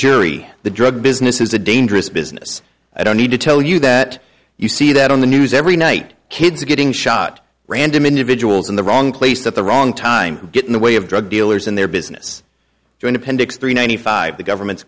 jury the drug business is a dangerous business i don't need to tell you that you see that on the news every night kids getting shot random individuals in the wrong place at the wrong time get in the way of drug dealers and their business doing appendix three ninety five the government's